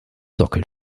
sockel